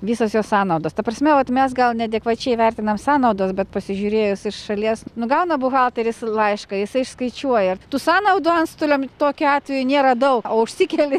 visos jo sąnaudos ta prasme vat mes gal neadekvačiai vertinam sąnaudos bet pasižiūrėjus iš šalies nu gauna buhalteris laišką jisai išskaičiuoja tų sąnaudų antstoliam tokiu atveju nėra daug o užsikelia